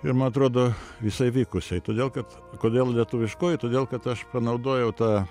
ir ma atrodo visai vykusiai todėl kad kodėl lietuviškoji todėl kad aš panaudojau tą